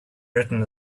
written